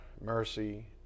mercy